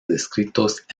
descritos